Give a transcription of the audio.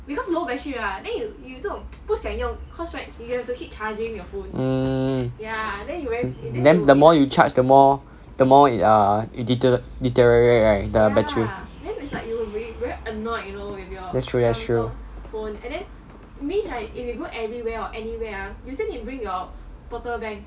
mm then the more you charge the more the more it deter~ deteriorate right the battery that's true that's true